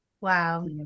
wow